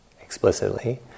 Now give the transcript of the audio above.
explicitly